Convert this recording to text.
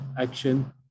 action